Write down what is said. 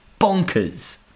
bonkers